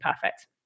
perfect